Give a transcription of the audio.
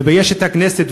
מבייש את הכנסת,